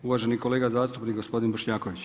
Uvaženi kolega zastupnik gospodin Bošnjaković.